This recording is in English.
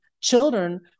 children